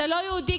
זה לא יהודי,